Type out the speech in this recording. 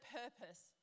purpose